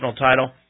title